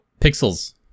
Pixels